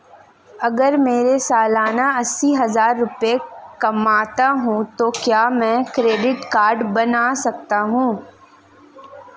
अगर मैं सालाना अस्सी हज़ार रुपये कमाता हूं तो क्या मेरा क्रेडिट कार्ड बन सकता है?